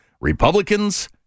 Republicans